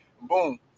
boom